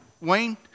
Wayne